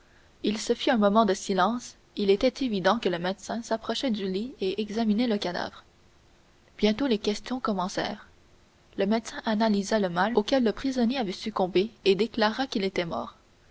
il se fit un moment de silence il était évident que le médecin s'approchait du lit et examinait le cadavre bientôt les questions commencèrent le médecin analysa le mal auquel le prisonnier avait succombé et déclara qu'il était mort